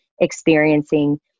experiencing